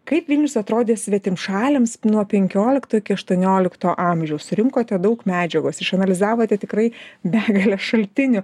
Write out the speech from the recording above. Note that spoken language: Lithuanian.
kaip vilnius atrodė svetimšaliams nuo penkiolikto iki aštuoniolikto amžiaus rinkote daug medžiagos išanalizavote tikrai begalę šaltinių